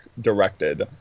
directed